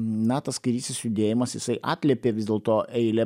na tas kairysis judėjimas jisai atliepė vis dėlto eilę